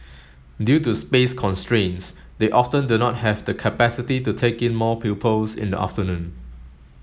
due to space constraints they often do not have the capacity to take in more pupils in the afternoon